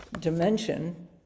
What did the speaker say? dimension